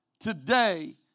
Today